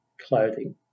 clothing